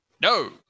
No